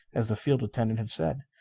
as the field attendant had said.